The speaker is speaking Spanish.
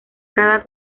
cada